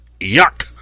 Yuck